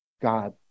God